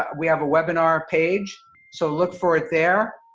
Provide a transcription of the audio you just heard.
we have a webinar page so look for it there.